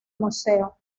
museo